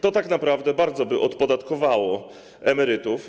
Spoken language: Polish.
To tak naprawdę bardzo by odpodatkowało emerytów.